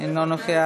אינו נוכח.